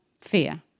fear